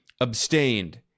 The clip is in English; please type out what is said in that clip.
abstained